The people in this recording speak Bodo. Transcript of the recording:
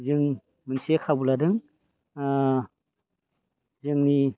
जों मोनसे खाबु लादों ओ जोंनि